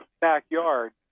backyard